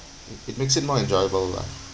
it it makes it more enjoyable lah